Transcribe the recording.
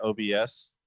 obs